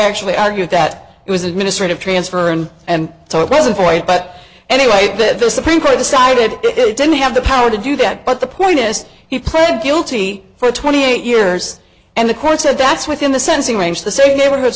actually argued that it was an administrative transfer and so it wasn't void but anyway that the supreme court decided it didn't have the power to do that but the point is he pled guilty for twenty eight years and the court said that's within the sensing range the same neighborhood